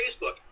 Facebook